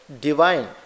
divine